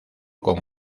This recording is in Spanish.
con